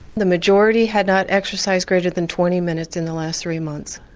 the majority had not exercised greater than twenty minutes in the last three months.